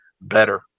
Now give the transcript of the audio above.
better